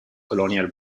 colonial